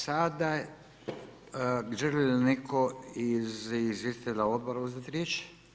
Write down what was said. Sada, želi li netko iz izvjestitelja odbora uzeti riječ?